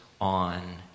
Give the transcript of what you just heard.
on